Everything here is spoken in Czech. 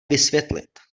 vysvětlit